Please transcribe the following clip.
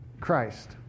Christ